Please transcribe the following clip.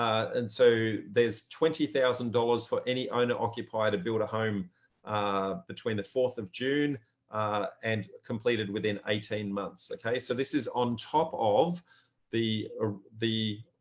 and so there's twenty thousand dollars for any owner occupier to build a home between the fourth of june and completed within eighteen months. so this is on top of the ah the